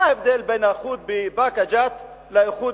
מה ההבדל בין האיחוד בבאקה ג'ת לאיחוד,